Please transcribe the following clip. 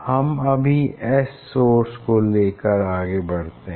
हम अभी S source को लेकर आगे बढ़ते हैं